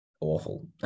awful